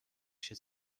się